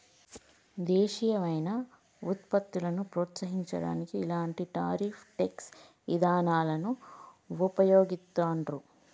దేశీయమైన వుత్పత్తులను ప్రోత్సహించడానికి ఇలాంటి టారిఫ్ ట్యేక్స్ ఇదానాలను వుపయోగిత్తండ్రు